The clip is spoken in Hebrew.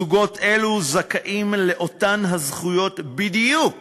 זוגות אלה זכאים לאותן הזכויות בדיוק